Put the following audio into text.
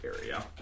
area